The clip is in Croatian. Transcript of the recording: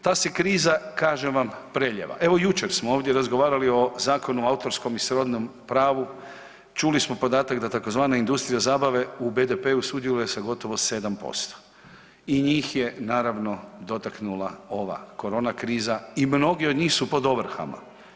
Ta se kriza kažem vam prelijeva, evo jučer smo ovdje razgovarali o Zakonu o autorskom i srodnom pravu, čuli smo podatak da tzv. industrija zabave u BDP-u sudjeluje sa gotovo 7% i njih je naravno dotaknula ova korona kriza i mnogi od njih su pod ovrhama.